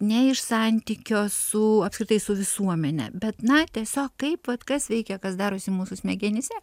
ne iš santykio su apskritai su visuomene bet na tiesiog kaip vat kas veikia kas darosi mūsų smegenyse